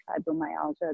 fibromyalgia